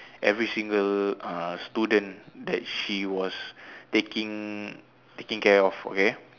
every single uh student that she was taking taking care of okay